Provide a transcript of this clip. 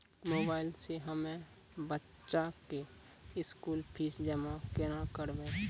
Mobile से हम्मय बच्चा के स्कूल फीस जमा केना करबै?